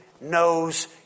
knows